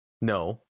No